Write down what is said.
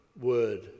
word